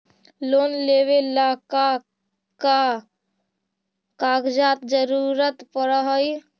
Loan लेवेला का का कागजात जरूरत पड़ हइ?